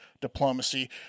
diplomacy